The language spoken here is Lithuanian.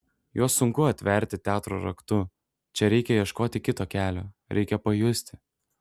juos sunku atverti teatro raktu čia reikia ieškoti kito kelio reikia pajusti